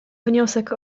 wniosek